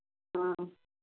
हाँ